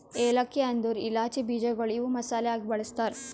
ಏಲಕ್ಕಿ ಅಂದುರ್ ಇಲಾಚಿ ಬೀಜಗೊಳ್ ಇವು ಮಸಾಲೆ ಆಗಿ ಬಳ್ಸತಾರ್